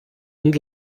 und